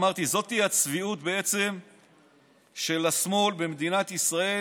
אמרתי, זאת הצביעות של השמאל במדינת ישראל